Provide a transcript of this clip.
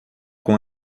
com